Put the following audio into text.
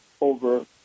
over